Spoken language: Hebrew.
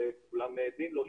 וכולנו עדים לו,